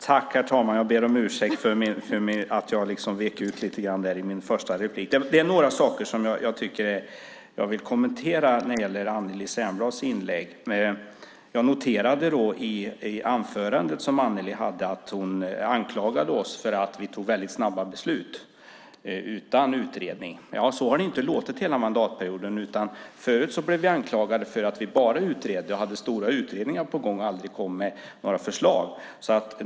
Herr talman! Jag ber om ursäkt för att jag lite grann vek ut i min första replik. Det är några saker som jag vill kommentera i Anneli Särnblads inlägg. Jag noterade i det anförande Anneli hade att hon anklagade oss för att ta väldigt snabba beslut, utan utredning. Så har det inte låtit hela mandatperioden. Förut blev vi anklagade för att vi bara utredde, hade stora utredningar på gång och aldrig kom med några förslag.